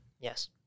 Yes